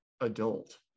adult